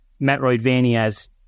Metroidvanias